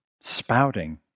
spouting